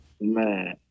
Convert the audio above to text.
man